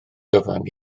gyfan